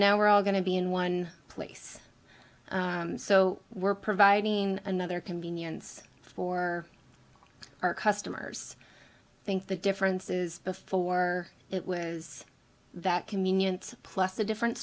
now we're all going to be in one place so we're providing another convenience for our customers think the differences before it was that communion plus a different